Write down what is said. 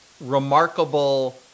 remarkable